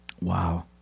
Wow